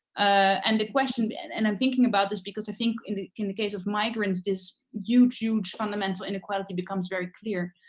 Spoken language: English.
and the question, but and and i'm thinking about this because i think in the in the case of migrants this huge, huge fundamental inequality becomes very clear.